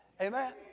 Amen